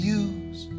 use